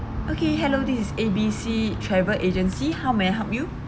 okay hello this is A B C travel agency how may I help you